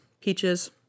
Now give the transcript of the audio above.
Peaches